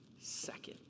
second